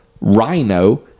rhino